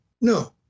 No